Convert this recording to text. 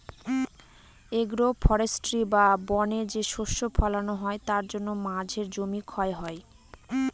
agro forestry বা বনে যে শস্য ফলানো হয় তার জন্য মাঝের জমি ক্ষয় হয়